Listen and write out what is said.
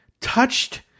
touched